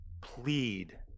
Plead